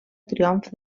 triomf